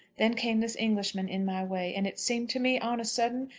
then came this englishman in my way and it seemed to me, on a sudden,